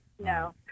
No